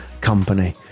company